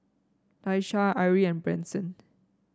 Daisha Arie and Branson